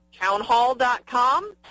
townhall.com